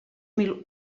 mil